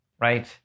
Right